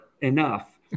enough